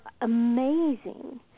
amazing